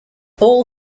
all